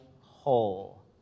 whole